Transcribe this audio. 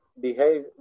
behave